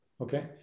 okay